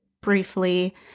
briefly